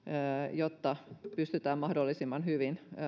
jotta pystytään mahdollisimman hyvin